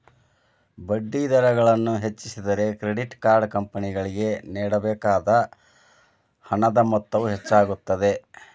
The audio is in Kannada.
ಬಡ್ಡಿದರಗಳನ್ನು ಹೆಚ್ಚಿಸಿದರೆ, ಕ್ರೆಡಿಟ್ ಕಾರ್ಡ್ ಕಂಪನಿಗಳಿಗೆ ನೇಡಬೇಕಾದ ಹಣದ ಮೊತ್ತವು ಹೆಚ್ಚಾಗುತ್ತದೆ